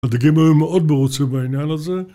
הדגים היו מאוד מרוצים מהעניין הזה